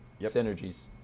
synergies